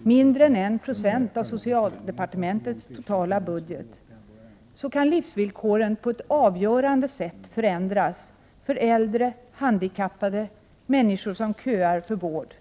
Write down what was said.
och mindre än 1 26 av socialdepartementets totala budget — kan livsvillkoren på ett avgörande sätt förändras för äldre, handikappade och människor som köar för vård.